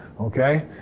okay